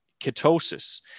ketosis